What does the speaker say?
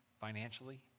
financially